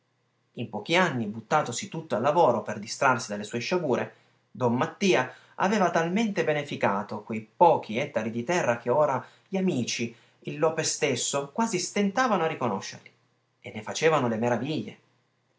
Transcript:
in pochi anni buttatosi tutto al lavoro per distrarsi dalle sue sciagure don mattia aveva talmente beneficato quei pochi ettari di terra che ora gli amici il lopes stesso quasi stentavano a riconoscerli e ne facevano le meraviglie